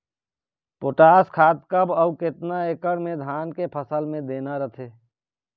Potash खाद कब अऊ केतना एकड़ मे धान के फसल मे देना रथे?